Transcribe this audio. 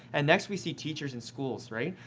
and next, we see teachers in schools, right?